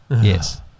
Yes